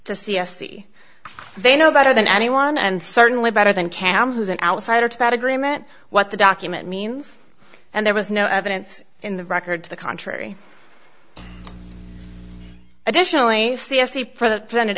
to see estie they know better than anyone and certainly better than cam who's an outsider to that agreement what the document means and there was no evidence in the record to the contrary additionally c f c for the planted